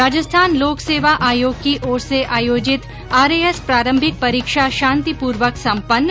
राजस्थान लोक सेवा आयोग की ओर से आयोजित आरएएस प्रारंभिक परीक्षा शांतिपूर्वक संपन्न